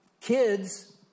Kids